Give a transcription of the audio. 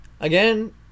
Again